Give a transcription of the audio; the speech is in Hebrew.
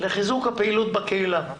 לחיזוק הפעילות בקהילה.